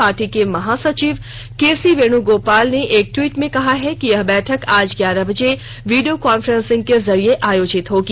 party के महासचिव के सी वेणुगोपाल ने एक ट्वीट में कहा है कि यह बैठक आज ग्यारह बजे वीडियो काफ्रेंसिंग के जरिये आयोजित होगी